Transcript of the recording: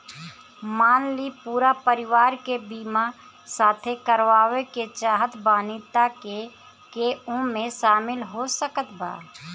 मान ली पूरा परिवार के बीमाँ साथे करवाए के चाहत बानी त के के ओमे शामिल हो सकत बा?